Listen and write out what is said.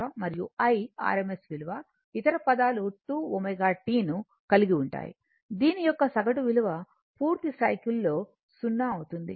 ఇతర పదాలు 2 ω t ను కలిగి ఉంటాయి దీని యొక్క సగటు విలువ పూర్తి సైకిల్ లో సున్నా అవుతుంది